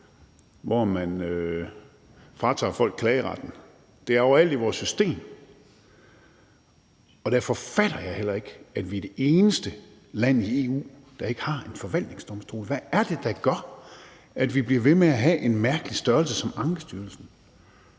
hvor man fratager folk klageretten, er overalt i vores system. Derfor fatter jeg heller ikke, at vi er det eneste land i EU, der ikke har en forvaltningsdomstol. Hvad er det, der gør, at vi bliver ved med at have en mærkelig størrelse som Ankestyrelsen?